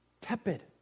tepid